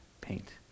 paint